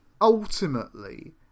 ultimately